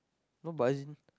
not but is in